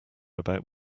about